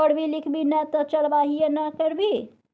पढ़बी लिखभी नै तँ चरवाहिये ने करभी